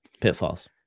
pitfalls